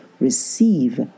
receive